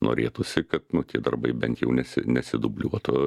norėtųsi kad nu tie darbai bent jau nesi nesidubliuotų